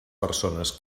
persones